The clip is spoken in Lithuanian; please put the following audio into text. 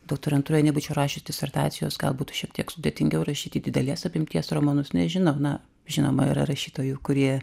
doktorantūroj nebūčiau rašius disertacijos gal būtų šiek tiek sudėtingiau rašyti didelės apimties romanus nežinau na žinoma yra rašytojų kurie